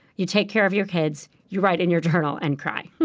you take care of your kids, you write in your journal, and cry.